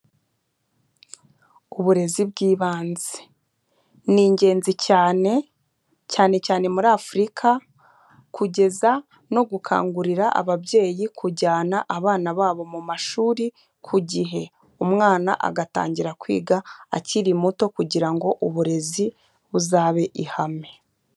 Uburezi bw'ibanze ni ingenzi cyane, cyane cyane muri Afurika kugeza no gukangurira ababyeyi kujyana abana babo mu mashuri ku gihe, umwana agatangira kwiga akiri muto kugira ngo uburezi buzabe ihame.